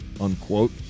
unquote